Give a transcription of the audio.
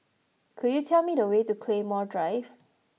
could you tell me the way to Claymore Drive